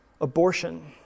Abortion